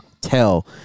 tell